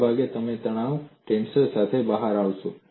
મોટાભાગે તમે તણાવ ટેન્સર સાથે બહાર આવશો